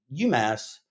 UMass